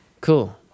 cool